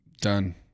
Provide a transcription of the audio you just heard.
Done